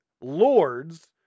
Lords